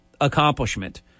accomplishment